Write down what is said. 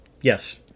Yes